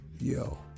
Yo